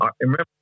remember